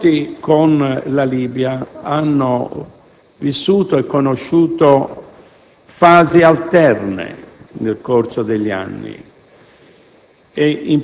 I rapporti con la Libia hanno conosciuto fasi alterne nel corso degli anni